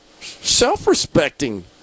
self-respecting